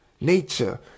nature